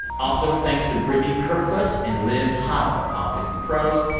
also, thanks to brittany kerfoot and liz hottel at politics and prose,